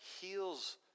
heals